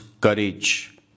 courage